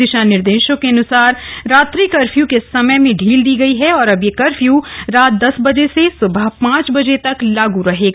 दिशा निर्देशों के अन्सार रात्रि कर्फ्यू के समय में ढ़ील दी गयी है और अब कर्फ्यू रात दस बजे से स्बह पांच बजे तक लागू रहेगा